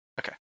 Okay